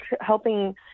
helping